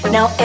Now